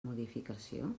modificació